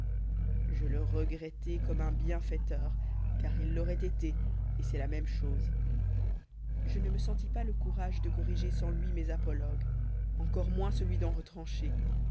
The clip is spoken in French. je le regrettai comme un bienfaiteur car il l'auroit été et c'est la même chose je ne me sentis pas le courage de corriger sans lui mes apologues encore moins celui d'en retrancher